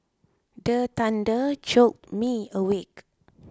the thunder jolt me awake